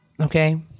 Okay